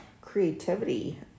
creativity